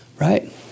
Right